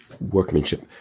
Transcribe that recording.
workmanship